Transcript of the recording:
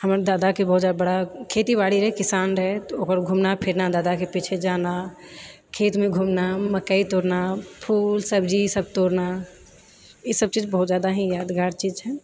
हमर दादाके बहुत बड़ा खेतीबाड़ी रहै किसान रहै तऽ ओकर घूमना फिरना दादाके पीछे जाना खेतमे घूमना मकइ तोड़ना फूल सब्जी सब तोड़ना ई सब चीज बहुत जादा ही यादगार चीज छै